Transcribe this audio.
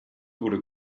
wurde